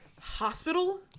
hospital